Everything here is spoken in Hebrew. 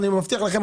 אני מבטיח לכם,